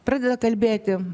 pradeda kalbėti